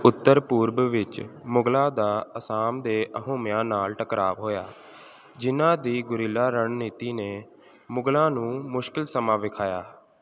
ਉੱਤਰ ਪੂਰਬ ਵਿੱਚ ਮੁਗਲਾਂ ਦਾ ਅਸਾਮ ਦੇ ਅਹੋਮਿਆਂ ਨਾਲ ਟਕਰਾਅ ਹੋਇਆ ਜਿਹਨਾਂ ਦੀ ਗੁਰੀਲਾ ਰਣਨੀਤੀ ਨੇ ਮੁਗਲਾਂ ਨੂੰ ਮੁਸ਼ਕਿਲ ਸਮਾਂ ਵਿਖਾਇਆ